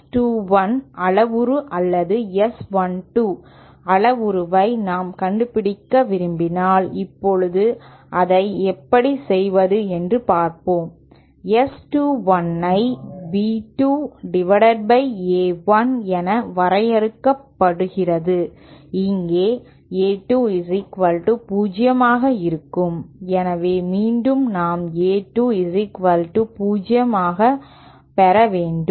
S 2 1 அளவுரு அல்லது S 1 2 அளவுருவை நாம் கண்டுபிடிக்க விரும்பினால் இப்போது அதை எப்படி செய்வது என்று பார்ப்போம் S 2 1 ஐ B 2 A 1 என வரையறுக்கப்படுகிறது இங்கு A 2 0 ஆக இருக்கும் எனவே மீண்டும் நாம் A20 ஆக பெற வேண்டும்